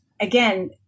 again